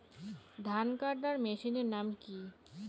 ধান কাটার মেশিনের নাম কি?